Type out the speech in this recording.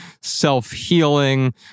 self-healing